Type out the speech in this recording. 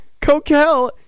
coquel